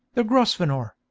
the grosvenor.